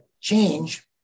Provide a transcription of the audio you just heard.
change